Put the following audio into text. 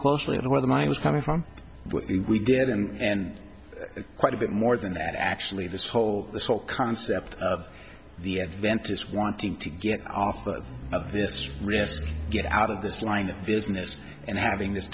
closely at the other mines coming from what we did and quite a bit more than that actually this whole this whole concept of the adventist wanting to get off of this risk get out of this line of business and having this